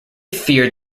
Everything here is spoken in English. feared